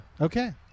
Okay